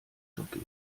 jockey